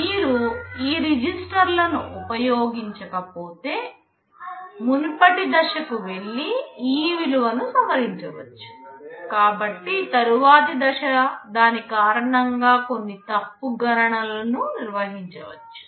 మీరు ఈ రిజిస్టర్లను ఉపయోగించకపోతే మునుపటి దశకు వెళ్లి ఈ విలువను సవరించవచ్చు కాబట్టి తరువాతి దశ దాని కారణంగా కొన్ని తప్పు గణనలను నిర్వహించవచ్చు